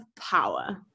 power